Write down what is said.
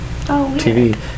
TV